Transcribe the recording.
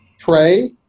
pray